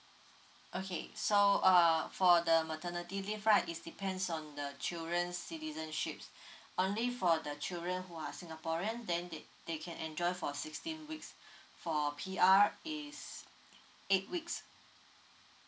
okay so uh for the maternity leave right is depends on the children's citizenships only for the children who are singaporean then they they can enjoy for sixteen weeks for P_R is eight weeks